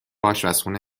آشپزخونه